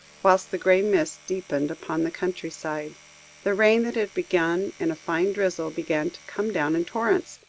whilst the grey mists deepened upon the country side the rain that had begun in a fine drizzle, began to come down in torrents,